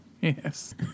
Yes